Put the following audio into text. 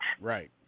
Right